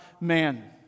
man